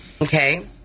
Okay